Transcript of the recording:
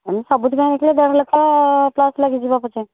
ଏମିତି ସବୁଥି ପାଇଁ ଦେଖିଲେ ତ ଦେଢ଼ ଲକ୍ଷ ପ୍ଲସ୍ ଲାଗିଯିବ ପଛେ